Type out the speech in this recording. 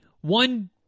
one